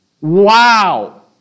Wow